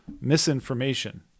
misinformation